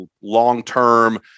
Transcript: long-term